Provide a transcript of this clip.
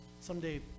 Someday